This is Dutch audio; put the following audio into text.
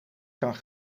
kan